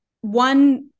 one